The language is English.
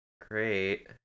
Great